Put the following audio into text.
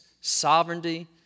sovereignty